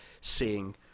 seeing